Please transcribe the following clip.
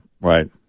right